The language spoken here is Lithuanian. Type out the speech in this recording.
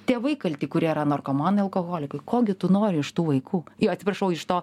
tėvai kalti kurie yra narkomanai alkoholikai ko gi tu nori iš tų vaikų atsiprašau iš to